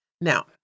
Now